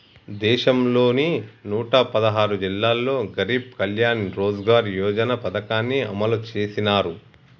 దేశంలోని నూట పదహారు జిల్లాల్లో గరీబ్ కళ్యాణ్ రోజ్గార్ యోజన పథకాన్ని అమలు చేసినారు